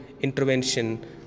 intervention